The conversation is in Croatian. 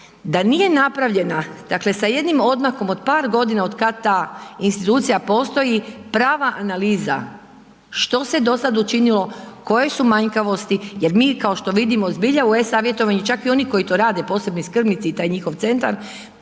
da nije napravljena, dakle sa jednim odmakom od par godina od kad ta institucija postoji, prava analiza što se dosad učinilo, koje su manjkavosti jer mi kao što vidimo zbilja u e-savjetovanju , čak i oni koji to rade, posebni skrbnici i taj njihov centar,